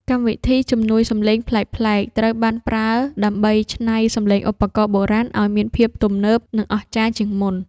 កម្មវិធីជំនួយសំឡេងប្លែកៗ ត្រូវបានប្រើដើម្បីច្នៃសំឡេងឧបករណ៍បុរាណឱ្យមានភាពទំនើប និងអស្ចារ្យជាងមុន។